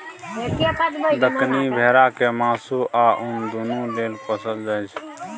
दक्कनी भेरा केँ मासु आ उन दुनु लेल पोसल जाइ छै